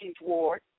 Ward